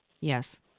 Yes